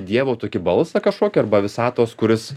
dievo tokį balsą kažkokį arba visatos kuris